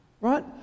right